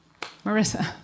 Marissa